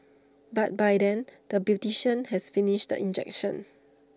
but by then the beautician has finished the injection